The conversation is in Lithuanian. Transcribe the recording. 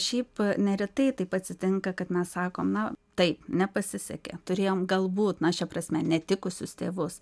šiaip neretai taip atsitinka kad mes sakom na taip nepasisekė turėjom galbūt na šia prasme netikusius tėvus